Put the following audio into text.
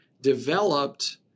developed